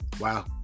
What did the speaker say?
Wow